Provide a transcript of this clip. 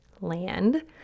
land